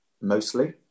Mostly